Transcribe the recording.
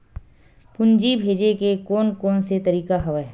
पूंजी भेजे के कोन कोन से तरीका हवय?